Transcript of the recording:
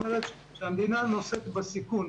המדינה נושאת בסיכון.